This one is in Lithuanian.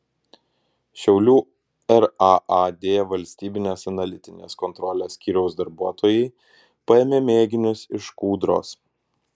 šiaulių raad valstybinės analitinės kontrolės skyriaus darbuotojai paėmė mėginius iš kūdros